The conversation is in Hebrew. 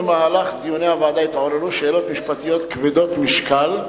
במהלך דיוני הוועדה התעוררו שאלות משפטיות כבדות משקל,